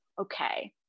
okay